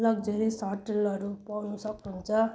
luxuries होटलहरू पाउन सक्नुहुन्छ